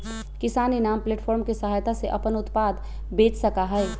किसान इनाम प्लेटफार्म के सहायता से अपन उत्पाद बेच सका हई